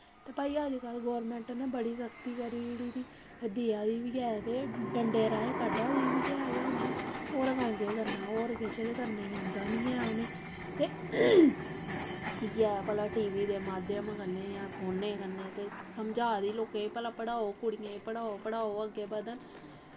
ते भई अजकल्ल गौरमेंट नै बड़ी सख्ती करी ओड़दी देआ दी बी ऐ ते डंडे राहें कड्ढा दी बी ऐ गै ते होर केह् करना होर किश करने गी उ'नें गी किश करने गी होंदा गै निं ऐ ते इ'यै की टी वी दे माध्यम कन्नै जां फोनै कन्नै गै ते समझा दे लोकें गी कि भला पढ़ाओ कुड़ियें गी पढ़ाओ पढ़ाओ कुड़ियें गी अग्गें बधन